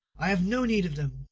i have no need of them.